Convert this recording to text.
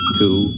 two